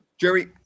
Jerry